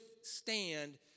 withstand